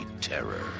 terror